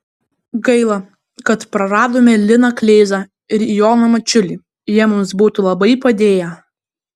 gaila kad praradome liną kleizą ir joną mačiulį jie mums būtų labai padėję